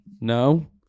no